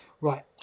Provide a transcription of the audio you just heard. Right